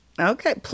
Okay